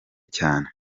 cyane